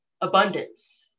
abundance